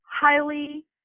highly